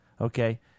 okay